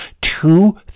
two